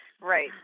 Right